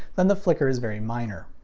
then the flicker is very minor.